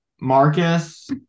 Marcus